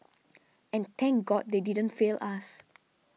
and thank God they didn't fail us